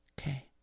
Okay